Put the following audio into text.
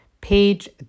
page